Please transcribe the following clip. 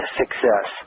success